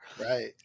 Right